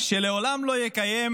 שלעולם לא יקיים,